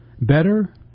better